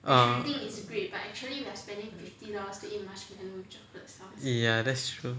orh ya that's true